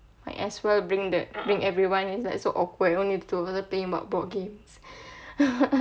might as well bring the bring everyone is like so awkward only two of us are playing board board games